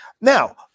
Now